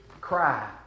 cry